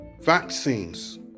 vaccines